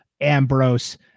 Ambrose